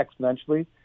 exponentially